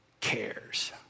cares